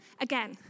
again